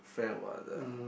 friend what the